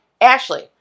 Ashley